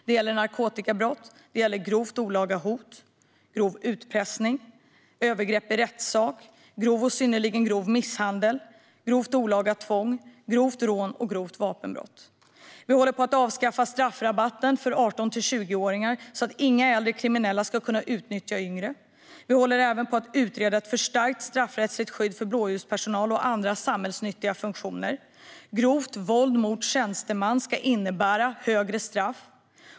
Det gäller narkotikabrott, grovt olaga hot, grov utpressning, övergrepp i rättssak, grov och synnerligen grov misshandel, grovt olaga tvång, grovt rån och grovt vapenbrott. Vi håller på att avskaffa straffrabatten för 18-20-åringar, så att inga äldre kriminella ska kunna utnyttja yngre. Vi håller även på att utreda ett förstärkt straffrättsligt skydd för blåljuspersonal och andra samhällsnyttiga funktioner. Grovt våld mot tjänsteman ska innebära högre straff.